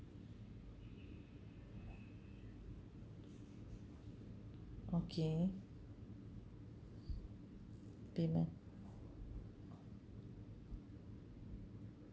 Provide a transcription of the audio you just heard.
okay payment